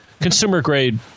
consumer-grade